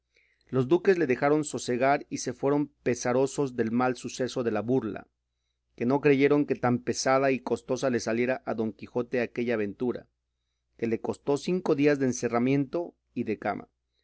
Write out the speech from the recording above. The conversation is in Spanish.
los duques le dejaron sosegar y se fueron pesarosos del mal suceso de la burla que no creyeron que tan pesada y costosa le saliera a don quijote aquella aventura que le costó cinco días de encerramiento y de cama